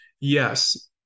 Yes